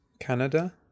Canada